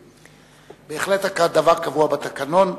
האי-אמון.